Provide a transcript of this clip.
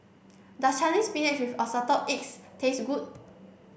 does Chinese spinach with assorted eggs taste good